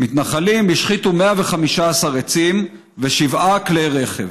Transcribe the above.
מתוכם ארבעה פלסטינים וישראלי אחד.